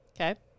Okay